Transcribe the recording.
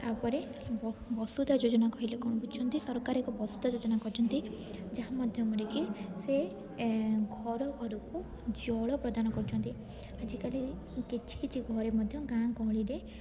ତାପରେ ବସୁଧା ଯୋଜନା କହିଲେ କ'ଣ ବୁଝୁଛନ୍ତି ସରକାର ଏକ ବସୁଧା ଯୋଜନା କରିଛନ୍ତି ଯାହା ମଧ୍ୟମରେ କି ସେ ଘର ଘରକୁ ଜଳ ପ୍ରଦାନ କରୁଛନ୍ତି ଆଜିକାଲି କିଛି କିଛି ଘରେ ମଧ୍ୟ ଗାଁ ଗହଳିରେ